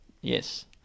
Yes